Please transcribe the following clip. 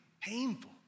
painful